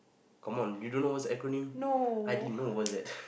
come on you don't know what's acronym I didn't know what is that